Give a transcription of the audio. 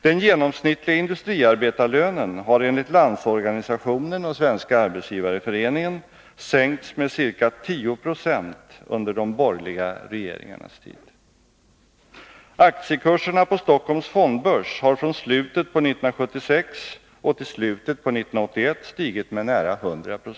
Den genomsnittliga industriarbetarlönen har enligt Landsorganisationen och Svenska arbetsgivareföreningen sänkts med ca 10 96 under de borgerliga regeringarnas tid. Aktiekurserna på Stockholms fondbörs har från slutet på 1976 och till slutet på 1981 stigit med nära 100 26.